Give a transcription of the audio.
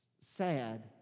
sad